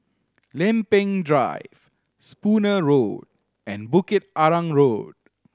Lempeng Drive Spooner Road and Bukit Arang Road